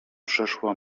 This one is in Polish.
przeszła